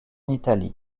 italie